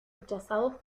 rechazados